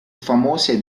famose